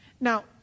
Now